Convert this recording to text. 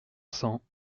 cent